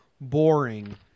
boring